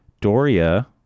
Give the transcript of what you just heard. Doria